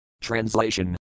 Translation